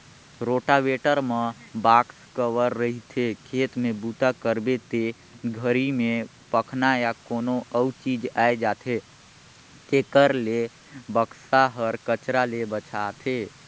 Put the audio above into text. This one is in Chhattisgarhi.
रोटावेटर म बाक्स कवर रहिथे, खेत में बूता करबे ते घरी में पखना या कोनो अउ चीज आये जाथे तेखर ले बक्सा हर कचरा ले बचाथे